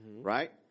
right